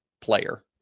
player